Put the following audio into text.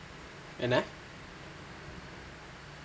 என்ன:enna